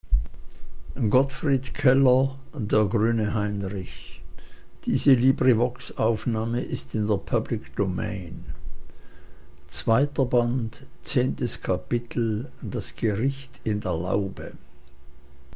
gottfried keller der